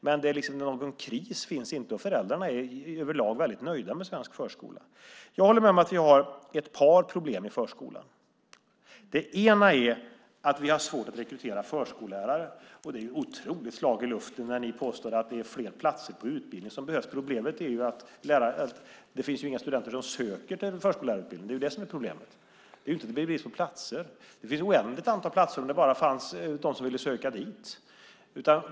Men någon kris finns inte, och föräldrarna är överlag väldigt nöjda med svensk förskola. Jag håller med om att vi har ett par problem i förskolan. Det ena är att vi har svårt att rekrytera förskollärare. Det är ett otroligt slag i luften när ni påstår att det är fler utbildningsplatser som behövs. Problemet är ju att det inte finns några studenter som söker till förskollärarutbildning. Det är det som är problemet. Det är inte att det är brist på platser. Det finns ett oändligt antal platser om det bara fanns de som ville söka dit.